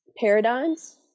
paradigms